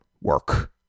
work